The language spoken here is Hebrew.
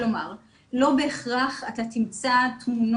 כלומר לא בהכרח אתה תמצא תמונות